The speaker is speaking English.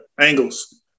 angles